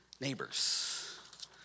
neighbors